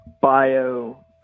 Bio